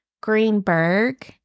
greenberg